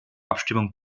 abstimmung